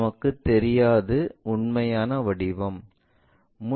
நமக்குத் தெரியாதது உண்மையான வடிவம்